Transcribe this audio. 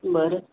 बरं